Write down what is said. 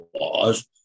laws